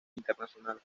internacional